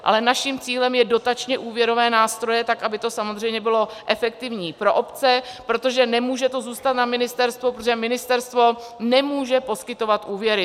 Ale naším cílem jsou dotačněúvěrové nástroje, tak aby to samozřejmě bylo efektivní pro obce, protože to nemůže zůstat na ministerstvu, protože ministerstvo nemůže poskytovat úvěry.